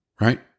right